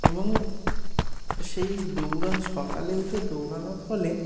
এবং সেই দৌড়ান সকালে উঠে দৌড়ানোর ফলে